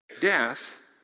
Death